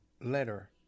letter